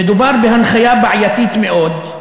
"מדובר בהנחיה בעייתית מאוד.